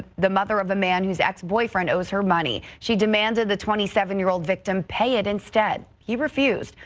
the mother of a man whose ex-boyfriend owes her money. she demanded the twenty seven year old victim pay it instead. he refused.